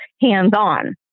hands-on